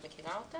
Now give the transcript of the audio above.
את מכירה אותם?